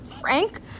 Frank